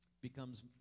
becomes